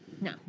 No